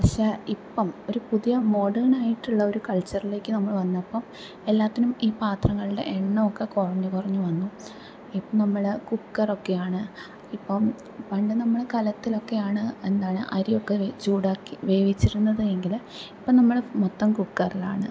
പക്ഷേ ഇപ്പം ഒരു പുതിയ മോഡേണായിട്ടുള്ളൊരു കൾച്ചറിലേക്ക് നമ്മള് വന്നപ്പോൾ എല്ലാത്തിനും ഈ പാത്രങ്ങളുടെ എണ്ണമൊക്കെ കുറഞ്ഞു കുറഞ്ഞ് വന്നു ഇപ്പം നമ്മള് കുക്കറൊക്കെയാണ് ഇപ്പം പണ്ട് നമ്മള് കലത്തിലൊക്കെയാണ് എന്താണ് അരിയൊക്കെ ചൂടാക്കി വേവിച്ചിരുന്നത് എങ്കില് ഇപ്പം നമ്മള് മൊത്തം കുക്കറിലാണ്